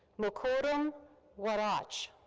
mukarram warraich.